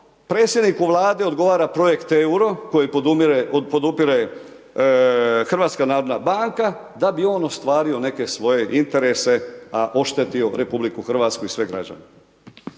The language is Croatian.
predsjedniku Vlade odgovara projekt EURO koji podupire Hrvatska narodna banka da bi on ostvario neke svoje interese, a oštetio RH i sve građane.